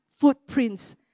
footprints